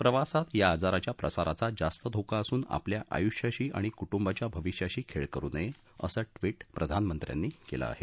प्रवासात या आजाराच्या प्रसाराचा जास्त धोका असून आपल्या आयुष्याशी आणि कुटंबाच्या भविष्याशी खेळ करु नये असं ट्वीट प्रधानमंत्र्यांनी केलं आहे